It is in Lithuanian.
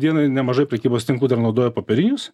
dienai nemažai prekybos tinklų dar naudoja popierinius